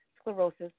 sclerosis